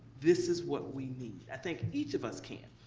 this is what we need. i think each of us can.